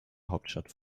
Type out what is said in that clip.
hauptstadt